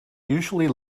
usually